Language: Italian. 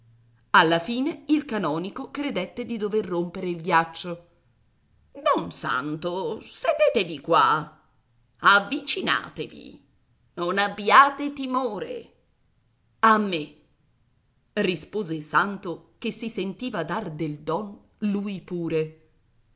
alla fine il canonico credette di dover rompere il ghiaccio don santo sedetevi qua avvicinatevi non abbiate timore a me rispose santo che si sentiva dar del don lui pure